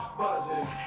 buzzing